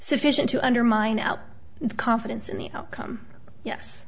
sufficient to undermine our confidence in the outcome yes